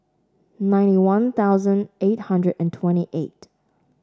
ninety One Thousand eight hundred and twenty eight